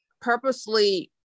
purposely